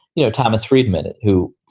you know, thomas friedman it who,